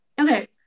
okay